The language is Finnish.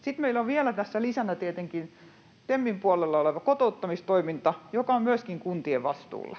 Sitten meillä on vielä tässä lisänä tietenkin TEMin puolella oleva kotouttamistoiminta, joka on myöskin kuntien vastuulla.